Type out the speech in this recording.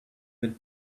with